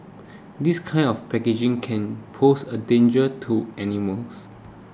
this kind of packaging can pose a danger to animals